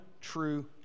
true